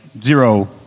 zero